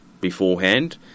beforehand